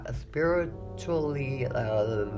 spiritually